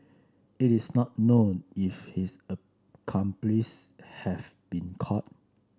it is not known if his accomplice have been caught